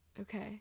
okay